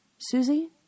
Susie